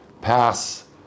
pass